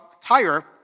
tire